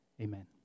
Amen